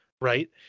right